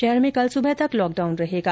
शहर में कल सुबह तक लॉकडाउन रहेगा